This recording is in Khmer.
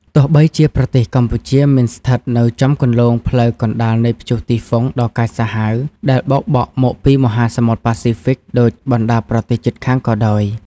ទោះបីជាប្រទេសកម្ពុជាមិនស្ថិតនៅចំគន្លងផ្លូវកណ្ដាលនៃព្យុះទីហ្វុងដ៏កាចសាហាវ ដែលបោកបក់មកពីមហាសមុទ្រប៉ាស៊ីហ្វិកដូចបណ្ដាប្រទេសជិតខាងក៏ដោយ។